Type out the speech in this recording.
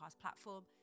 platform